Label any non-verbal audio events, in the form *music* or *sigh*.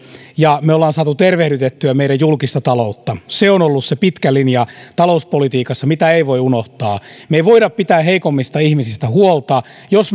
ja me olemme saaneet tervehdytettyä meidän julkista taloutta se on ollut se pitkä linja talouspolitiikassa mitä ei voi unohtaa me emme voi pitää heikoimmista ihmisistä huolta jos *unintelligible*